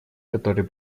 который